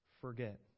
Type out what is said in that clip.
forget